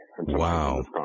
Wow